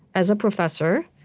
as a professor,